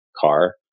car